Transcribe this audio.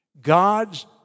God's